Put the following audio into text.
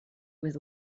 was